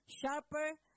sharper